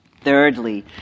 Thirdly